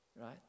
right